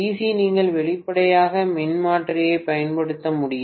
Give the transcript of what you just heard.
C நீங்கள் வெளிப்படையாக மின்மாற்றியைப் பயன்படுத்த முடியாது